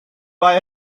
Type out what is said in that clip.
buy